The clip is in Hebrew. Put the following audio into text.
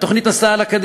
התוכנית הלכה הלאה,